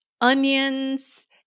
onions